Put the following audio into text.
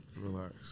Relax